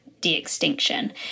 de-extinction